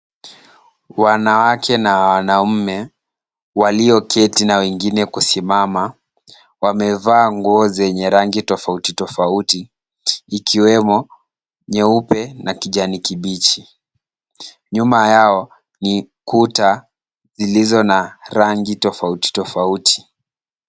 Wanawake na wanaume walioketi na wengine kusimama, wamevaa nguo zenye rangi tofauti tofauti ikiwemo nyeupe na kijani kibichi. Nyuma yao ni kuta zilizo na rangi tofauti tofauti.